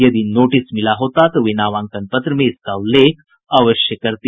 यदि नोटिस मिला होता तो वे नामांकन पत्र में इसका उल्लेख अवश्य करती